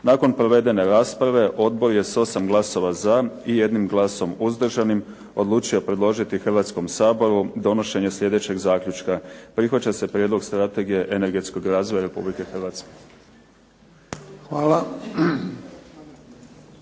Nakon provedene rasprave odbor je s 8 glasova za i 1 glasom suzdržanim odlučio predložio Hrvatskom saboru donošenje slijedećeg zaključka: "Prihvaća se Prijedlog strategije energetskog razvoja Republike Hrvatske.".